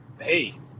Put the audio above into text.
hey